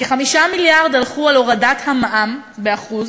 כ-5 מיליארד הלכו על הורדת המע"מ ב-1%.